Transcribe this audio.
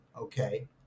Okay